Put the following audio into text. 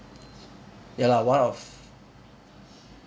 ya lah one of